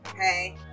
Hey